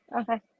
Okay